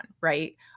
Right